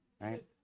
Right